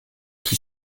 qui